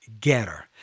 getter